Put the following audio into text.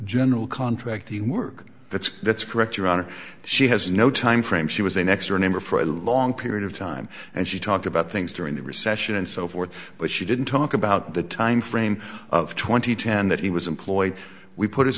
general contracting work that's that's correct your honor she has no time frame she was a next door neighbor for a long period of time and she talked about things during the recession and so forth but she didn't talk about the time frame of twenty ten that he was employed we put his